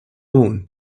own